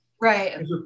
Right